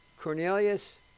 Cornelius